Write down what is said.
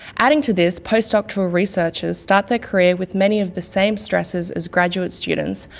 adding to this, post-doctoral researchers start their career with many of the same stressors as graduate students,